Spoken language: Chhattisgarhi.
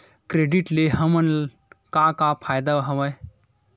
क्रेडिट ले हमन का का फ़ायदा हवय?